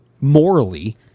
morally